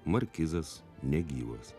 markizas negyvas